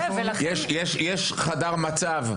יש חדר מצב,